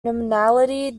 nominally